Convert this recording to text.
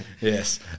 Yes